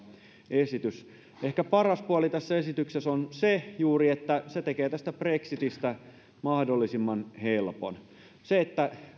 esitys ehkä paras puoli tässä esityksessä on juuri se että se tekee tästä brexitistä mahdollisimman helpon se että